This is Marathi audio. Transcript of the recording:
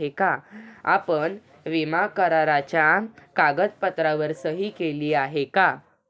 आपण विमा कराराच्या कागदपत्रांवर सही केली आहे का?